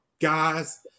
guys